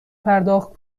پرداخت